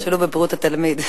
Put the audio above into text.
נכשלו בבריאות התלמיד.